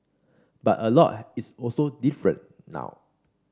but a lot is also different now